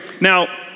Now